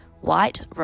white